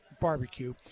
Barbecue